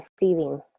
receiving